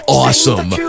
awesome